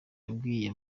yabwiye